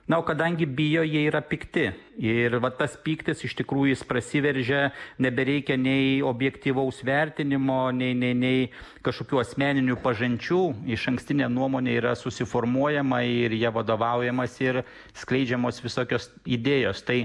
na o kadangi bijo jie yra pikti ir vat tas pyktis iš tikrųjų jis prasiveržia nebereikia nei objektyvaus vertinimo nei nei nei kažkokių asmeninių pažinčių išankstinė nuomonė yra susiformuojama ir ja vadovaujamasi ir skleidžiamos visokios idėjos tai